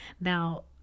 Now